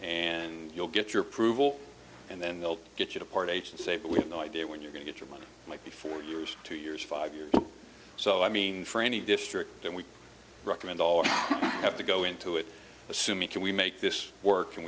and you'll get your approval and then they'll get you to party and say but we have no idea when you're going to run might be four years two years five years so i mean for any district and we recommend all have to go into it assuming can we make this work and